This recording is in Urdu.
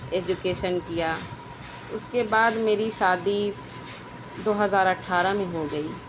ایجوکیشن کیا اُس کے بعد میری شادی دو ہزار اٹھارہ میں ہو گئی